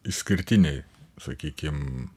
išskirtiniai sakykim